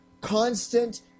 constant